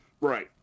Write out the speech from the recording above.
right